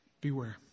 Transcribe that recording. Beware